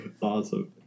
Awesome